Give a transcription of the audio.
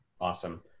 Awesome